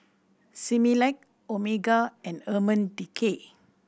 Similac Omega and Urban Decay